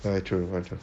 ya true